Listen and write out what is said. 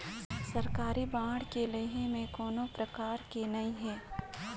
सरकारी बांड के लेहे में कोनो परकार के नइ हे